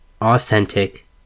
Authentic